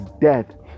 dead